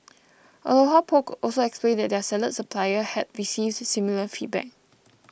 Aloha Poke also explained that their salad supplier had received similar feedback